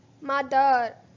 Mother